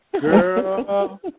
Girl